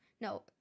No